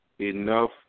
enough